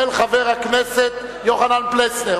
של חבר הכנסת יוחנן פלסנר.